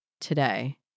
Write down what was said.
today